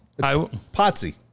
Potsy